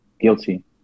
guilty